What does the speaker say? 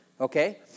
Okay